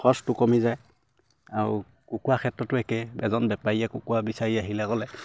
খৰচটো কমি যায় আৰু কুকুৱা ক্ষেত্ৰতো একে এজন বেপাৰীয়ে কুকুৰা বিচাৰি আহিলে ক'লে